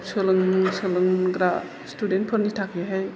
सोलों सोलोंग्रा स्तुदेन्टफोरनि थाखायहाय